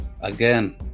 again